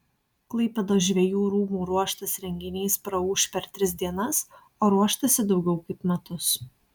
klaipėdos žvejų rūmų ruoštas renginys praūš per tris dienas o ruoštasi daugiau kaip metus